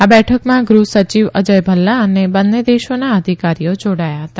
આ બેઠકમાં ગૃહ સચિવ અજય ભલ્લા અને બંને દેશોના અધિકારીઓ જોડાયા હતા